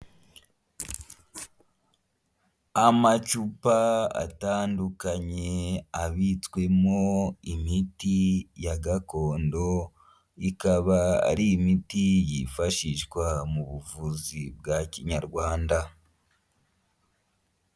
Amacupa atandukanye abitswemo imiti ya gakondo ikaba ari imiti yifashishwa mu buvuzi bwa kinyarwanda.